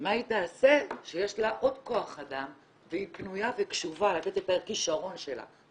מה היא תעשה כשיש לה עוד כוח אדם והיא פנויה וקשובה לתת את הכישרון שלה,